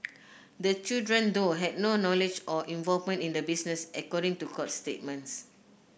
the children though had no knowledge or involvement in the business according to court statements